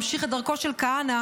ממשיך את דרכו של כהנא,